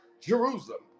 Jerusalem